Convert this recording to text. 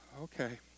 okay